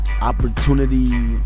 opportunity